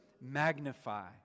magnify